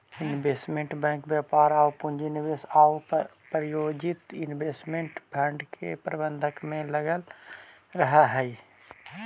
investment bank व्यापार आउ पूंजी निवेश आउ प्रायोजित इन्वेस्टमेंट फंड के प्रबंधन में लगल रहऽ हइ